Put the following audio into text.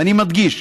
ואני מדגיש,